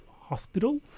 hospital